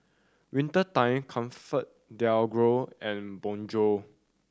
Winter Time ComfortDelGro and Bonjour